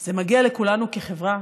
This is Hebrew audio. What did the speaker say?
זה מגיע לכולנו כחברה,